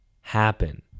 happen